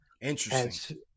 Interesting